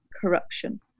corruption